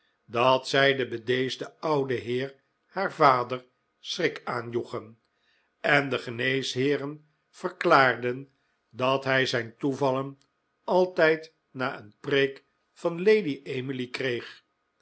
dat zij den bedeesden ouden heer haarvader schrik aanjoegen en de geneesheeren verklaarden dat hij zijn toevallen altijd na een preek van lady emily kreeg